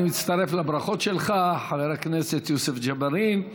אני מצטרף לברכות שלך, חבר הכנסת יוסף ג'בארין.